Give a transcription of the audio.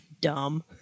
dumb